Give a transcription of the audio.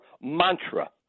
mantra